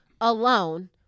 alone